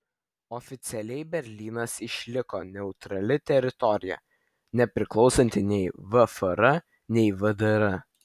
oficialiai berlynas išliko neutrali teritorija nepriklausanti nei vfr nei vdr